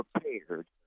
prepared